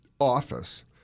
office